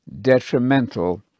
detrimental